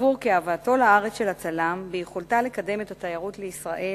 סבור כי הבאתו לארץ של הצלם ביכולתה לקדם את התיירות לישראל,